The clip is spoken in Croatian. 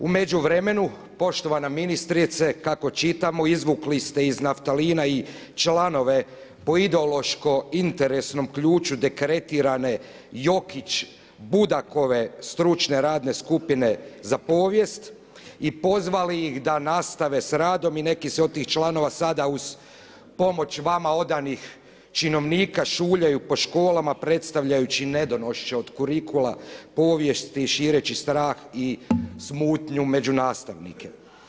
U međuvremenu poštovana ministrice kako čitamo izvukli ste iz naftalina i članove po ideološko interesnom ključu dekretirane Jokić-Budakove stručne radne skupine za povijest i pozvali ih da nastave sa radom i neki se od tih članova sada uz pomoć vama odanih činovnika šuljaju po školama predstavljajući nedonošće od kurikula povijesti šireći strah i smutnju među nastavnike.